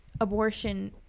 abortion